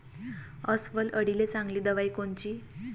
अस्वल अळीले चांगली दवाई कोनची?